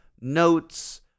notes